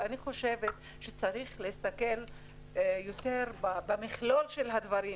אני חושבת שצריך להסתכל על המכלול של הדברים,